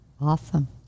Awesome